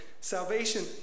Salvation